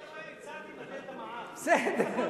אבל אני הצעתי לבטל את המע"מ, בסדר.